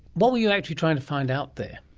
what were you actually trying to find out there?